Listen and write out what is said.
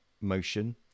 motion